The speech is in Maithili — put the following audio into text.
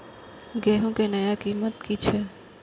गेहूं के नया कीमत की छे?